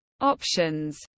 options